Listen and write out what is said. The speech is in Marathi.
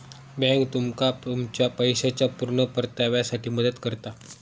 बॅन्क तुमका तुमच्या पैशाच्या पुर्ण परताव्यासाठी मदत करता